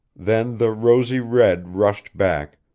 then the rosy red rushed back,